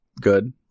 good